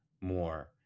more